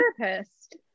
therapist